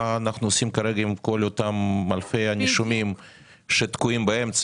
מה אנחנו עושים כרגע עם כל אותם אלפי נישומים שתקועים באמצע?